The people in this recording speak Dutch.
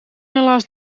helaas